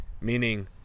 Meaning